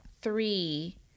three